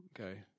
okay